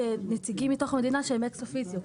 נציגים מתוך המדינה שהם אקסופיציו.